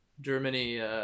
Germany